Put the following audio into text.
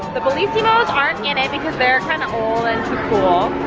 the bellissimos aren't in it, because they're kind of old and cool,